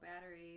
battery